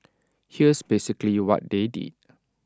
here's basically what they did